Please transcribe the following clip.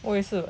我也是